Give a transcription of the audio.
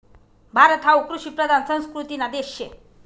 भारत हावू कृषिप्रधान संस्कृतीना देश शे